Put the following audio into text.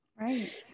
Right